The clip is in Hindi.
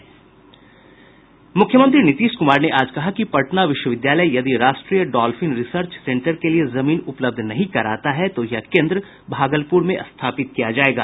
मुख्यमंत्री नीतीश कुमार ने आज कहा कि पटना विश्वविद्यालय यदि राष्ट्रीय डॉल्फिन रिसर्च सेंटर के लिए जमीन उपलब्ध नहीं कराता है तो यह केंद्र भागलपुर में स्थापित किया जायेगा